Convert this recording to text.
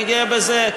אני גאה בזה,